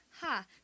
ha